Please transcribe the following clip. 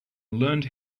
learned